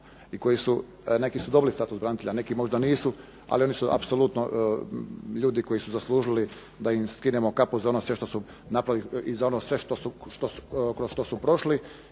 skupa i neki su dobili status branitelji, neki možda nisu ali oni su apsolutno ljudi koji su zaslužili da im skinemo kapu za ono sve što su napravili i za ono sve kroz što su prošli.